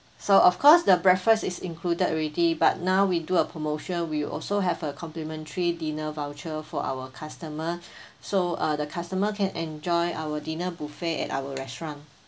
so of course the breakfast is included already but now we do a promotion we also have a complimentary dinner voucher for our customer so uh the customer can enjoy our dinner buffet at our restaurant